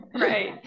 Right